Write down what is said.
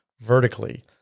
vertically